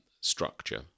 structure